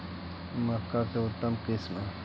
मक्का के उतम किस्म?